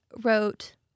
wrote